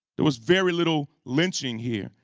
there was very little lynching here.